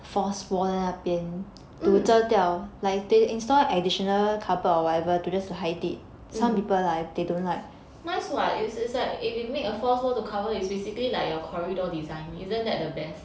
nice [what] is like if you make a false wall to cover is basically like your corridor design isn't that the best